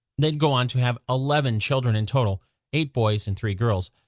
they'd go on to have eleven children and total eight boys and three girls.